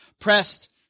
pressed